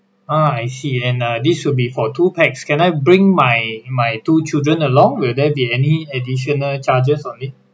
ah I see and uh this should be for two pax can I bring my my two children along will there be any additional charges on it